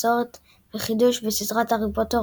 מסורת וחידוש בסדרת הארי פוטר,